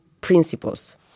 principles